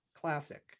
classic